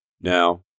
Now